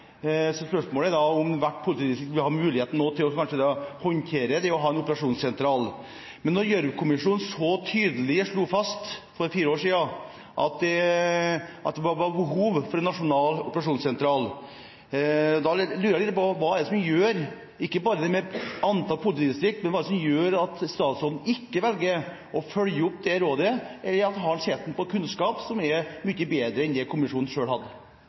spørsmålet om hvert enkelt politidistrikt vil ha muligheten til å håndtere det å ha en operasjonssentral. Når Gjørv-kommisjonen for fire år siden så tydelig slo fast at det var behov for en nasjonal operasjonssentral, lurer jeg litt på hva det er som gjør at statsråden – ikke bare når det gjelder det med antallet politidistrikter – ikke velger å følge det rådet. Sitter han på kunnskap som er mye bedre enn den som kommisjonen selv hadde?